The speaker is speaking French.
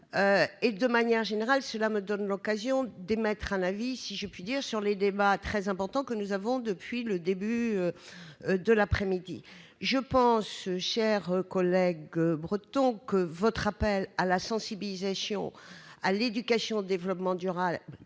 de notre ami Labbé. Cela me donne l'occasion d'émettre un avis, si je puis dire, sur les débats très importants que nous avons depuis le début de l'après-midi. Je pense, cher collègue breton, que votre appel à la sensibilisation et à l'éducation au développement durable